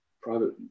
private